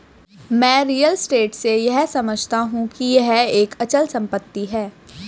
मैं real estate से यह समझता हूं कि यह एक अचल संपत्ति है